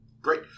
Great